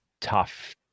tough